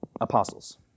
apostles